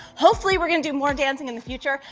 hopefully we're going to do more dancing in the future.